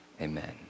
amen